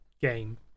game